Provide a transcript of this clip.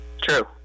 true